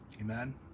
amen